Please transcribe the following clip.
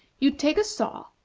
you take a saw,